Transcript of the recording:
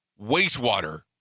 Wastewater